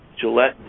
Gillette